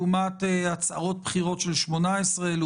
לעומת הצהרות בחירות על 18 שרים?